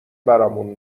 برامون